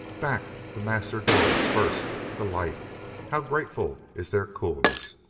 back the master goes first. the lights how grateful is their coolness.